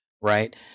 right